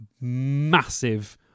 massive